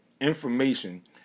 information